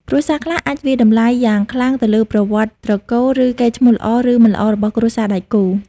គ្រួសារខ្លះអាចវាយតម្លៃយ៉ាងខ្លាំងទៅលើប្រវត្តិត្រកូល ឬកេរ្តិ៍ឈ្មោះល្អ ឬមិនល្អរបស់គ្រួសារដៃគូ។